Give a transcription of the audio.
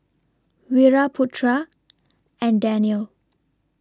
Wira Putra and Danial